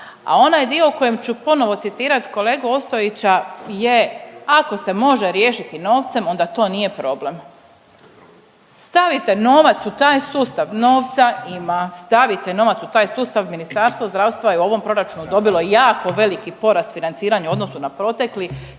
A onaj dio u kojem ću ponovo citirat kolegu Ostojića je, ako se može riješiti novcem onda to nije problem. Stavite novac u taj sustav, novca ima, stavite novac u taj sustav, Ministarstvo zdravstva je u ovom proračunu dobilo jako veliki porast financiranja u odnosu na protekli,